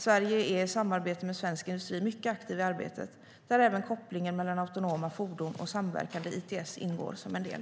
Sverige är, i samarbete med svensk industri, mycket aktivt i arbetet, där även kopplingen mellan autonoma fordon och samverkande ITS ingår som en del.